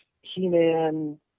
He-Man